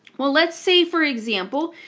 well let's say, for example,